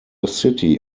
city